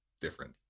different